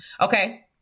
Okay